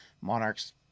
Monarchs